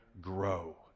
grow